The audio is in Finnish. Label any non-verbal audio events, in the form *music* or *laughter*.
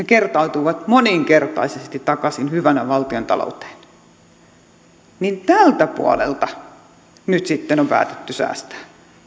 *unintelligible* kertautuivat moninkertaisesti takaisin hyvänä valtiontalouteen niin tältä puolelta nyt sitten on päätetty säästää